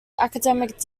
academic